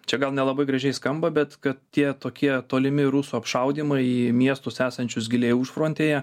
čia gal nelabai gražiai skamba bet kad tie tokie tolimi rusų apšaudymai į miestus esančius giliai užfrontėje